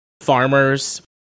farmers